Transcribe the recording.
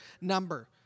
number